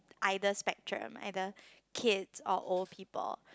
either spectrum either kids or old people